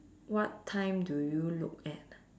what time do you look at